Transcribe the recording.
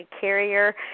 carrier